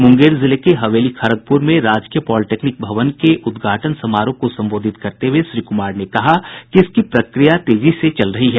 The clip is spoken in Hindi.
मुंगेर जिले के हवेली खड़गपुर में राजकीय पॉलिटेक्निक भवन के उद्घाटन समारोह को संबोधित करते हुए श्री कुमार ने कहा कि इसकी प्रक्रिया तेजी से चल रही है